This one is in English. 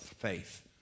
faith